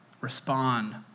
respond